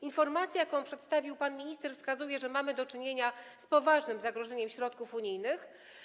Informacja, którą przedstawił pan minister, wskazuje, że mamy do czynienia z poważnym zagrożeniem środków unijnych.